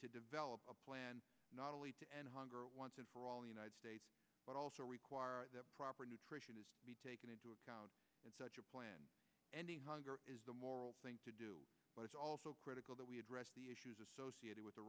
to develop a plan not only to end hunger once and for all the united states but also require proper nutrition is taken into account in such a plan ending hunger is the moral thing to do but it's also critical that we address the issues associated with the